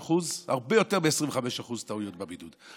25% יש הרבה יותר מ-25% טעויות בבידוד,